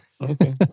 okay